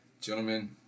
gentlemen